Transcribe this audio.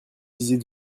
disiez